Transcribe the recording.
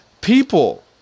people